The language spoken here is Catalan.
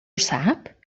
sap